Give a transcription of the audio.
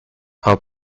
are